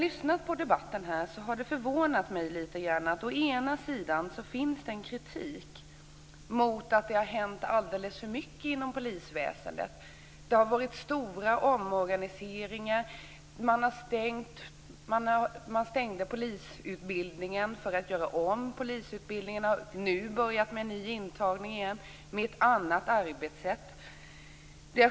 I debatten har det framförts kritik mot att det har hänt alldeles för mycket inom polisväsendet. Det har varit stora omorganiseringar. Man stängde polisutbildningen för att göra om den. Nu har man börjat med ny antagning igen och ett annat arbetssätt.